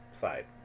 side